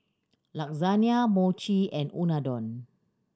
Lasagne Mochi and Unadon